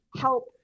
help